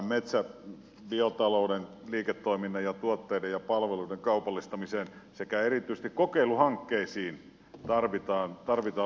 tämän metsäbiotalouden liiketoiminnan ja tuotteiden ja palveluiden kaupallistamiseen sekä erityisesti kokeilu hankkeisiin tarvitaan lisää rotia